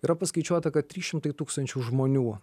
yra paskaičiuota kad trys šimtai tūkstančių žmonių